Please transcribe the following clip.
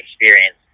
experience